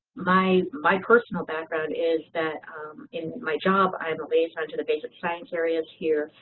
my my personal background is that in my job i am a liaison to the basic science areas here.